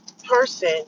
person